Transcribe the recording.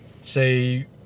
say